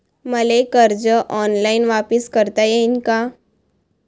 मले कर्ज ऑनलाईन वापिस करता येईन का?